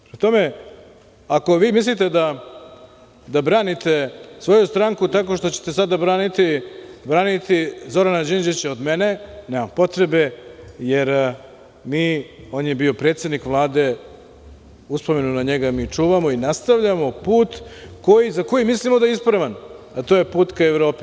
Prema tome, ako vi mislite da branite svoju stranku tako što ćete sada braniti Zorana Đinđića od mene, nema potrebe, jer on je bio predsednik Vlade, uspomenu na njega mi čuvamo i nastavljamo put za koji mislimo da je ispravan, a to je put prema Evropi.